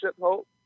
hope